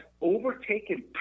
overtaken